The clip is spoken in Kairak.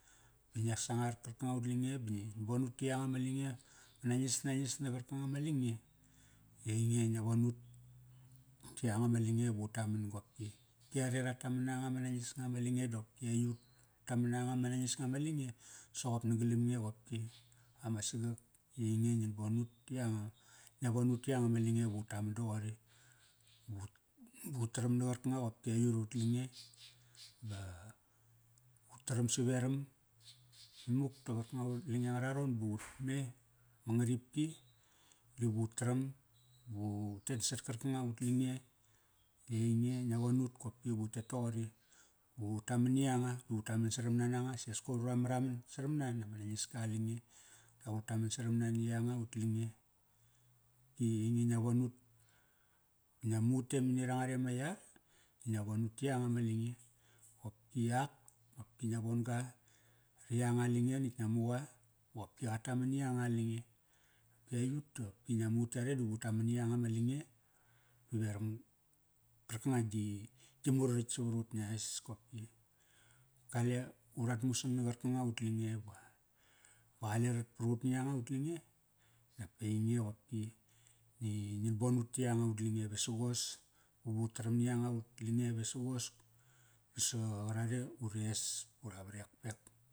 Ba nga sangar karkanga ut lange ba bgin bon ut ti yanga ma lange. Ba nangis nangis na qarkanga ma lange, di ainge ngia von utti yanga ma lange va utaman qopki. Ki are ra taman na anga ma nangis nga ma lange dopki aiyut ut taman na anga ma nangis nga ma lange, soqop nagalam nge qopki. Ama sagak i ainge ngin bon ut, ti yanga. Ngia von ut ti yanga ma lange vu taman doqori. Vut, ba utaram na qarkanga qopki aiyut ut lange. Ba, utaram saveram imuk ta qarkanga ut lange anga raron ba utme, ma ugariki di vu taram, vutet nasat karkanga ut lange, i ainge ngia von ut kopki vutet toqori. Vu taman ni yanga, vu taman saram na nanga. Sias koir ura maraman saramna nama nangiska lange. Dap ut tama saram na na ut lange. Di ainge ngia von ut. Ba ngia mu ut te mani ranga ma yar, di ngia von ut ti yanga ma lange. Qopki ak, qopki ngia von gati yanga a lange natk ngia mu qa ba qopki qa taman ni yanga a lange. Ki qiyut tiopki ngia mu ut yare dive ut taman ni yanga ma lange di veram karkanga gi, gi muraritk savarut ngia es kopki. Kale urat mudang na qarkana ut lange. Ba qale rat par ut ni yanga ut lange dap ainge qopki. Ngi, ngin bon ut ti yanga ut lange vesagos ba vu taram ni yanga ut lange vesagos ba sa qarare ures ba ura varekpek.